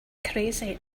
crazy